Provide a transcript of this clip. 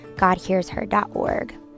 GodHearsHer.org